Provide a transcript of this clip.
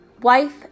wife